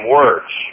words